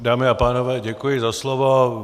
Dámy a pánové, děkuji za slovo.